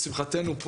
לשמחתנו,